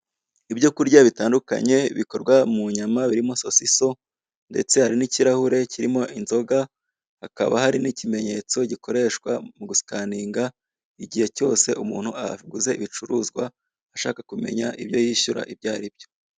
Ibyo kurya bitandukanye bikorwa mu nyama birimo sosiso, ndetse harimo n'ikirahure kirimo inzoga, hakaba hari n'ikimenyetso gikoreshwa mu gusikaninga, igihe cyose umuntu aguze ibicuruzwa, ashaka kumenya ibyo yishyura ibyo aribyo.